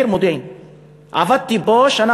העיר מודיעין,